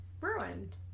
ruined